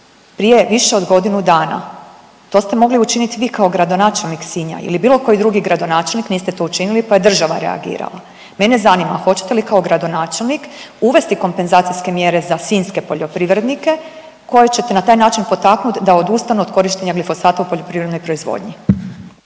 prije više od godinu dana. To ste mogli učiniti vi kao gradonačelnik Sinja ili bilo koji drugi gradonačelnik, niste to učinili pa je država reagirala. Mene zanima hoćete li kao gradonačelnik uvesti kompenzacijske mjere za sinjske poljoprivrednike koje ćete na taj način potaknuti da odustanu od korištenja glifosata u poljoprivrednoj proizvodnju.